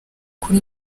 kuri